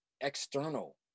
external